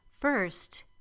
First